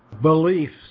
beliefs